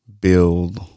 build